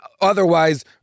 Otherwise